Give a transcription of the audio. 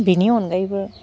बिनि अनगायैबो